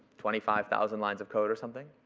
twenty five thousand lines of code or something.